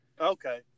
Okay